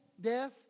death